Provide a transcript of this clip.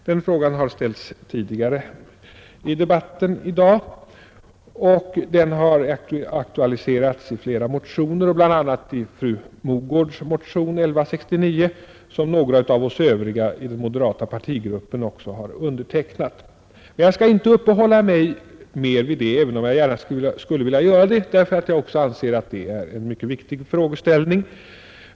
Den frågan har ställts tidigare i debatten i dag, och den har aktualiserats i flera motioner, bl.a. fru Mogårds motion nr 1169, som några av oss Övriga i den moderata partigruppen också har undertecknat. Men jag skall inte uppehålla mig mer vid detta, även om jag gärna skulle vilja göra det därför att jag anser att det är en mycket viktig frågeställning.